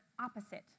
opposite